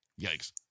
Yikes